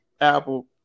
Apple